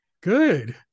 Good